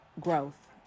Growth